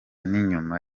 n’inyuma